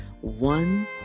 one